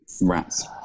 Rats